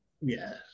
Yes